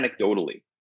anecdotally